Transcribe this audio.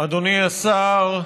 אדוני השר,